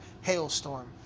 Hailstorm